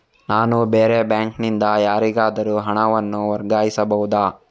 ನಾನು ಬೇರೆ ಬ್ಯಾಂಕ್ ನಿಂದ ಯಾರಿಗಾದರೂ ಹಣವನ್ನು ವರ್ಗಾಯಿಸಬಹುದ?